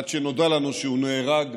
עד שנודע לנו שהוא נהרג,